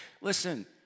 Listen